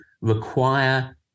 require